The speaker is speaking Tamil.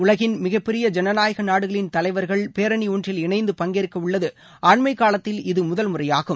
உலகின் மிகப்பெரிய ஜனநாயக நாடுகளின் தலைவர்கள் பேரணி ஒன்றில் இணைந்து பங்கேற்க உள்ளது அண்மைக்காலத்தில் இது முதல் முறையாகும்